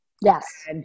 yes